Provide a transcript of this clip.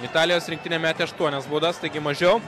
italijos rinktinė metė aštuonias baudas taigi mažiau